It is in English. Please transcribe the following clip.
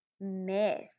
miss